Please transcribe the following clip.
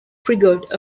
triggered